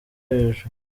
hejuru